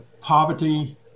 poverty